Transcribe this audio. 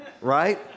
Right